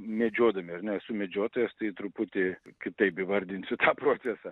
medžiodami ar ne esu medžiotojas tai truputį kitaip įvardinsiu tą procesą